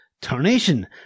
Tarnation